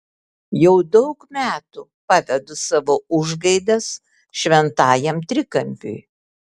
jau daug metų pavedu savo užgaidas šventajam trikampiui